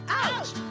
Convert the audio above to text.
Ouch